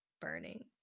burning